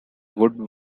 wood